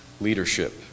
leadership